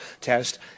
test